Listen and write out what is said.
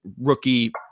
rookie